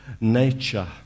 nature